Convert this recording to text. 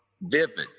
vivid